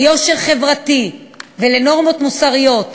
ליושר חברתי ולנורמות מוסריות,